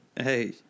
hey